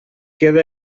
queda